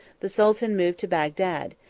the sultan moved to bagdad,